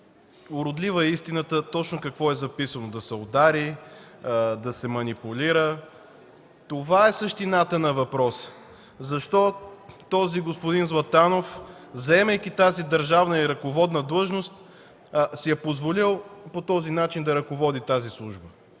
уродлива е истината точно какво е записано: да се удари, да се манипулира. Това е същината на въпроса – защо този господин Златанов, заемайки тази държавна и ръководна длъжност, си е позволил по такъв начин да ръководи службата